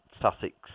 Sussex